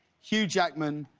hugh jackman,